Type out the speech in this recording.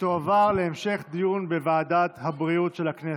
ותועבר להמשך דיון בוועדת הבריאות של הכנסת.